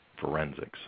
forensics